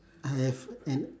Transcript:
I have an